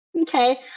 Okay